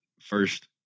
first